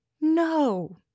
no